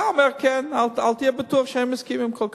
אתה אומר: כן, אל תהיה בטוח שהם מסכימים כל כך.